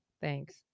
Thanks